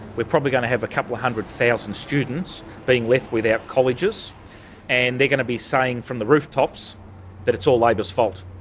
we're probably going to have a couple a hundred thousand students being left without colleges and they're going to be saying from the rooftops that it's all labor's fault.